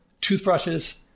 toothbrushes